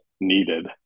needed